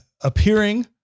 appearing